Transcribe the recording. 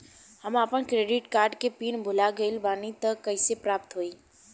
हम आपन credit card के पिन भुला गइल बानी त कइसे प्राप्त होई?